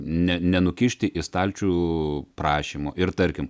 ne nenukišti į stalčių prašymo ir tarkim